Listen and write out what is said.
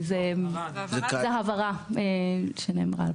זאת הבהרה שנאמרה.